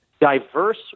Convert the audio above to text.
diverse